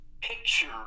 picture